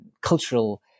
cultural